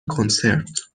کنسرت